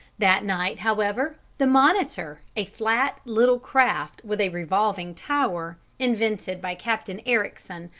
that night, however, the monitor, a flat little craft with a revolving tower, invented by captain ericsson,